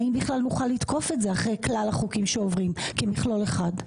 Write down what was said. האם בכלל נוכל לתקוף את זה אחרי כלל החוקים שעוברים כמכלול אחד?